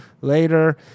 later